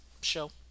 show